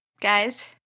guys